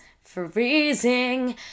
freezing